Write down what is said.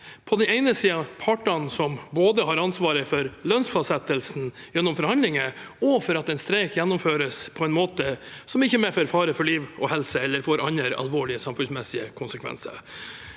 på den ene siden partene som har ansvaret både for lønnsfastsettelsen gjennom forhandlinger og for at en streik gjennomføres på en måte som ikke medfører fare for liv og helse eller får andre alvorlige samfunnsmessige konsekvenser.